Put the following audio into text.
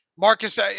Marcus